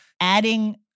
adding